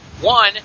One